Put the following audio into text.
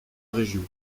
région